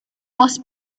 was